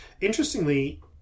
Interestingly